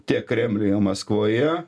tiek kremliuje maskvoje